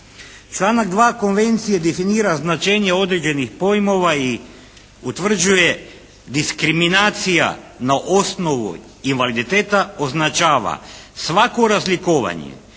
Članak 2. Konvencije definira značenje određenih pojmova i utvrđuje diskriminacija na osnovu invaliditeta označava svako razlikovanje,